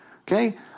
okay